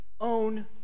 own